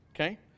Okay